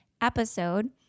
episode